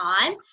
time